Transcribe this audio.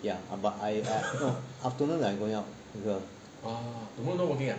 ya but I I no afternoon I going out with her